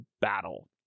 battle